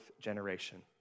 generation